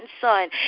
Son